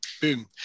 boom